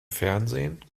fernsehen